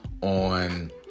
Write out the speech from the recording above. on